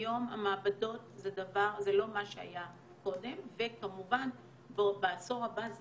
היום המעבדות זה לא מה שהיה קודם וכמובן בעשור הבא זה